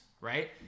right